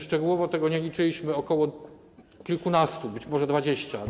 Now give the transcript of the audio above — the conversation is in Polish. Szczegółowo tego nie liczyliśmy, około kilkunastu, być może 20.